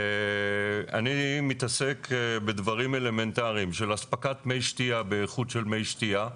אני מתעסק בדברים אלמנטריים של אספקת מי שתייה באיכות של מי שתייה.